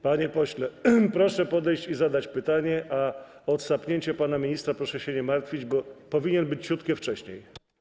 Panie pośle, proszę podejść i zadać pytanie, a o odsapnięcie pana ministra proszę się nie martwić, bo powinien być ciut wcześniej.